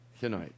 tonight